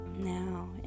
Now